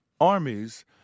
armies